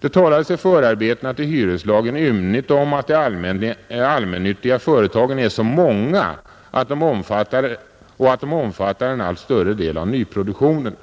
Det talas i förarbetena till hyreslagen ymnigt om att de allmännyttiga företagen är många och att de står för en allt större del av nyproduktionen.